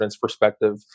perspective